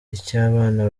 icy’abana